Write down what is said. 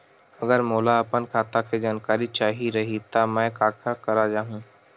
अगर मोला अपन खाता के जानकारी चाही रहि त मैं काखर करा जाहु?